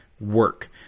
work